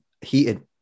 heated